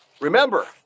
Remember